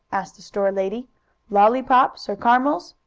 asked the store-lady. lollypops or caramels?